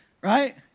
right